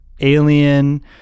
Alien